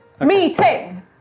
Meeting